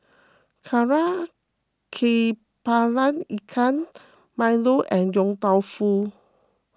Kari Kepala Ikan Milo and Yong Tau Foo